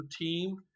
team